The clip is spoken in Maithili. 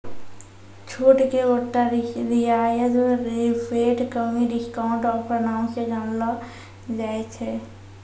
छूट के बट्टा रियायत रिबेट कमी डिस्काउंट ऑफर नाम से जानलो जाय छै